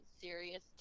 serious